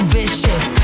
vicious